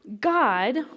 god